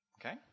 Okay